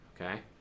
okay